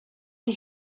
you